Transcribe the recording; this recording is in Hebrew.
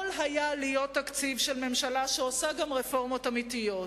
יכול היה להיות תקציב של ממשלה שעושה גם רפורמות אמיתיות.